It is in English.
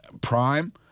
Prime